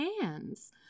hands